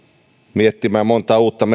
miettimään montaa uutta